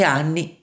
anni